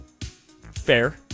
Fair